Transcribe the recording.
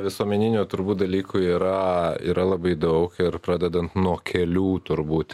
visuomeninių turbūt dalykų yra yra labai daug ir pradedant nuo kelių turbūt